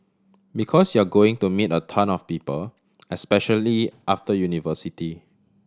because you're going to meet a ton of people especially after university